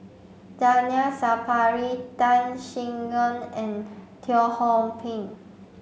Zainal Sapari Tan Sin Aun and Teo Ho Pin